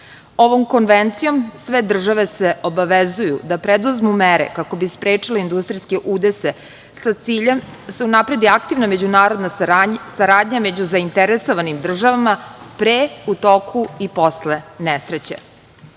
konvencijom sve države se obavezuju da preduzmu mere kako bi sprečile industrijske udese, a sa ciljem da se unapredi aktivna međunarodna saradnja među zainteresovanim državama pre, u toku i posle nesreće. Ovim